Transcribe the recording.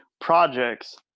projects